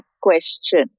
question